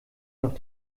noch